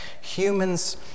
humans